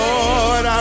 Lord